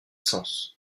sens